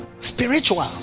Spiritual